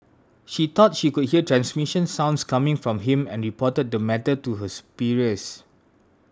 she thought she could hear transmission sounds coming from him and reported the matter to her superiors